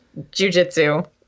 jujitsu